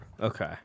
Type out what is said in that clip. okay